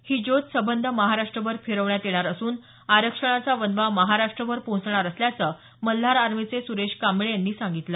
ही ज्योत संबंध महाराष्ट्रभर फिरवण्यात येणार असून आरक्षणाचा वनवा महाराष्ट्रभर पोहोचणार असल्याचं मल्हार आर्मीचे सुरेश कांबळे यांनी सांगितलं